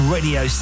Radio